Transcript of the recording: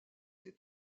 ses